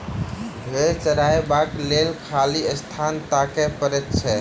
भेंड़ चरयबाक लेल खाली स्थान ताकय पड़ैत छै